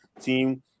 team